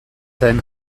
zen